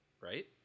right